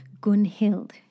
Gunhild